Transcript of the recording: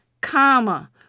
comma